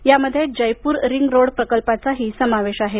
यामध्ये Jaipur ring road प्रकल्पाचाही समावेश आहे